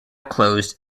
closed